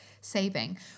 saving